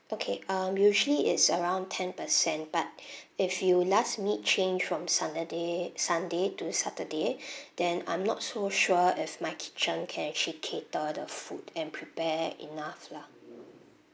okay um usually it's around ten percent but if you last minute change from saturday sunday to saturday then I'm not so sure if my kitchen can actually cater the food and prepare enough lah